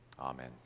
Amen